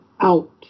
out